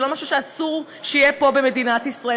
זה משהו שאסור שיהיה פה במדינת ישראל.